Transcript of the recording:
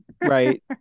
right